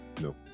No